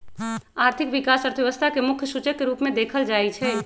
आर्थिक विकास अर्थव्यवस्था के मुख्य सूचक के रूप में देखल जाइ छइ